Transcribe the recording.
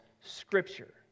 Scripture